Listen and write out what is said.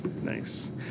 Nice